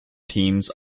teams